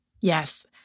Yes